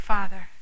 Father